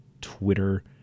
Twitter